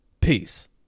Peace